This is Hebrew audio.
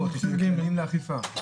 כלים לאכיפה.